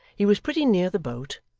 he was pretty near the boat,